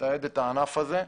לתעד את הענף הזה.